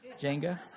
Jenga